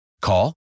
Call